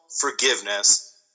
forgiveness